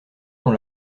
dans